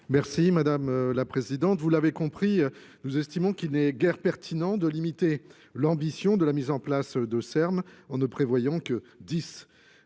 gillet madame la présidente vous l'avez compris nous estimons qu'il n'est guère pertinent de limiter l'ambition de la mise en place de e m en ne prévoyant que dix